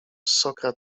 sokra